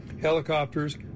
helicopters